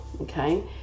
okay